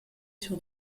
sur